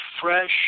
fresh